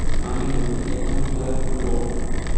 আমি নতুন অ্যাকাউন্ট কিভাবে খুলব?